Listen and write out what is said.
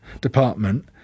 department